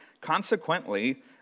Consequently